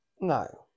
No